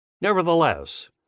Nevertheless